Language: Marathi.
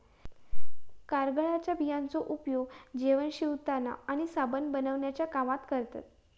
कारळ्याच्या बियांचो उपयोग जेवण शिवताना आणि साबण बनवण्याच्या कामात करतत